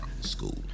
school